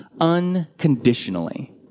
unconditionally